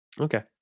Okay